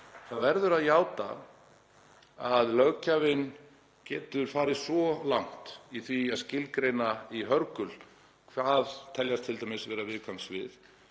Það verður að játa að löggjafinn getur farið langt í því að skilgreina í hörgul hvað teljast t.d. viðkvæm svið.